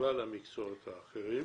ובכלל למקצועות האחרים,